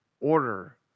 order